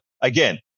again